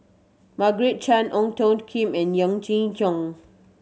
Margaret Chan Ong Tiong Khiam and Jong